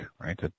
right